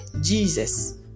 Jesus